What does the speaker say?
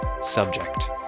subject